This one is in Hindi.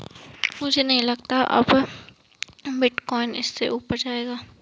मुझे नहीं लगता अब बिटकॉइन इससे ऊपर जायेगा